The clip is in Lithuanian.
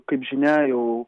kaip žinia jau